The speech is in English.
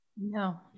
No